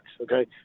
okay